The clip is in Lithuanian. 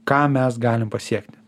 ką mes galim pasiekti